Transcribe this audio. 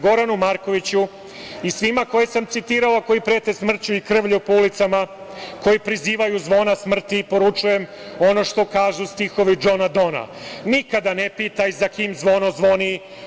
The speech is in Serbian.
Goranu Markoviću i svima koje sam citirao, a koji prete smrću i krvlju po ulicama, koji prizivaju zvona smrti, poručujem ono što kažu stihovi Džona Dona – nikada ne pitaj za kim zvono zvoni.